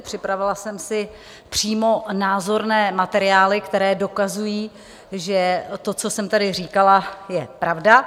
Připravila jsem si přímo názorné materiály, které dokazují, že to, co jsem tady říkala, je pravda.